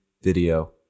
Video